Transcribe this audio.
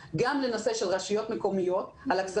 היריעה גם לבדיקה של הכספים שהרשויות המקומיות מחלקות,